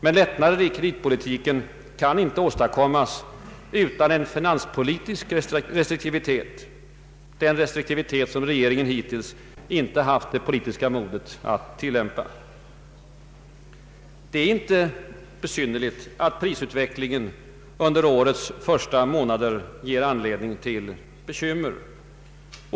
Men lättnader i kreditpolitiken kan inte åstadkommas utan en finanspolitisk restriktivitet, den restriktivitet regeringen hittills inte haft det politiska modet att tillämpa. Det är inte besynnerligt att prisutvecklingen under årets första månader ger anledning till bekymmer.